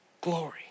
glory